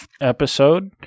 episode